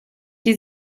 die